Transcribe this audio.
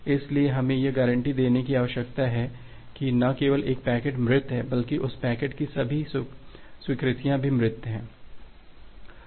इसलिए हमें यह गारंटी देने की आवश्यकता है कि न केवल एक पैकेट मृत है बल्कि उस पैकेट के सभी स्वीकृतियां भी मृत हैं